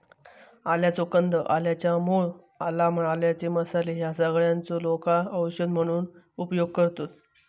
आल्याचो कंद, आल्याच्या मूळ, आला, आल्याचे मसाले ह्या सगळ्यांचो लोका औषध म्हणून उपयोग करतत